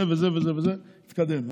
זה וזה וזה התקדם.